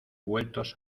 vueltos